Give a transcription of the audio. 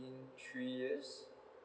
three years